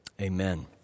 Amen